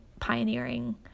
pioneering